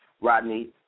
Rodney